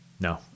No